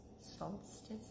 solstice